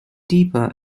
deeper